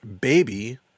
Baby